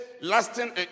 lasting